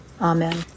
Amen